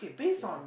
yeah